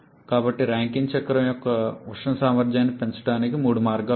కాబట్టి రాంకైన్ చక్రం యొక్క ఉష్ణ సామర్థ్యాన్ని పెంచడానికి మూడు మార్గాలు ఉన్నాయి